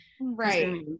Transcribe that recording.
Right